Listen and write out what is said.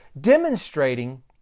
demonstrating